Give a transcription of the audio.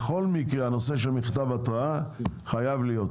בכל מקרה, הנושא של מכתב התראה חייב להיות.